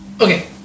Okay